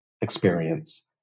experience